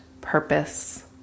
purpose